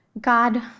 God